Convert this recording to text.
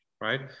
right